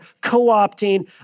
co-opting